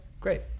great